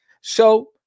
So-